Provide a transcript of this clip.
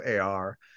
AR